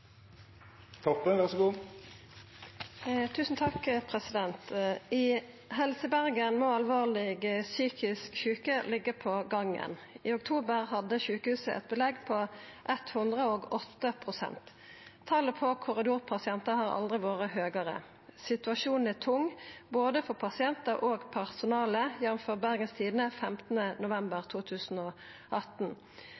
må alvorleg psykisk sjuke ligge på gangen. I oktober hadde sjukehuset eit belegg på 108 pst. Talet på korridorpasientar har aldri vore høgare. Situasjonen er tung, både for pasientar og personale, jf. Bergens Tidende 15. november